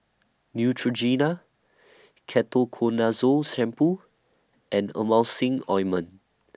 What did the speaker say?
Neutrogena Ketoconazole Shampoo and Emulsying Ointment